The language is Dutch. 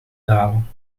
dalen